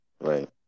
right